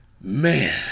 Man